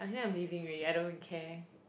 I think I'm leaving already I don't care